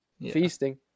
feasting